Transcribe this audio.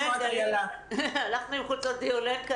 הלכנו עם חולצות דיולן.